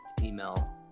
email